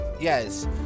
Yes